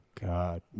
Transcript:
God